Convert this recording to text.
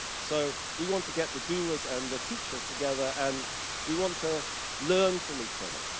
so we want to get the doers and the teachers together, and we want to learn from each other.